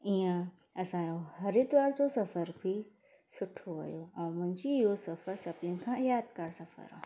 ईअं असांजो हरिद्वार जो सफ़र बि सुठो वियो ऐं मुंहिंजी इहो सफ़र सभिनीनि खां यादगारु सफ़र आहे